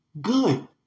good